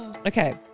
Okay